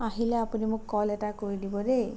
আহিলে আপুনি মোক কল এটা কৰি দিব দেই